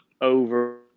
over